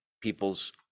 people's